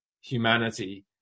humanity